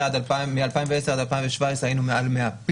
מ-2010 עד 2017 היינו מעל 100,